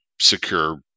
secure